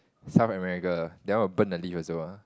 South America that will burn the leave also ah